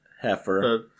Heifer